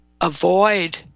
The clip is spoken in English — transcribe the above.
avoid